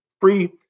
Free